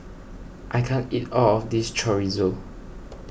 I can't eat all of this Chorizo